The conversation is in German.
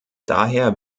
daher